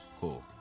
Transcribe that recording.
Cool